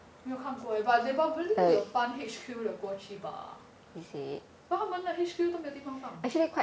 没有看过 eh but they probably will 般 H_Q 的过去吧 but H_Q 都没有地方放